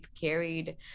carried